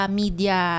media